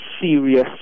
serious